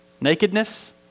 nakedness